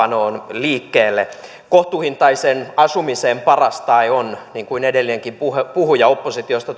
liikkeelle kohtuuhintaisen asumisen paras tae on niin kuin edellinenkin puhuja puhuja oppositiosta